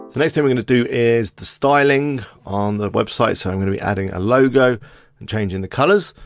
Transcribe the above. the next thing we're gonna do is the styling on the website, so i'm gonna be adding a logo and changing the colours.